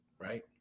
right